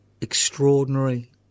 extraordinary